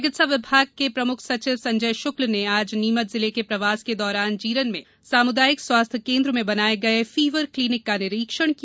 चिकित्सा विभाग के प्रमुख सचिव संजय शुक्ल ने आज नीमच जिले के प्रवास के दौरान जीरन में सामुदायिक स्वास्थ्य केन्द्र में बनाये गये फिवर क्लिनिक का निरीक्षण किया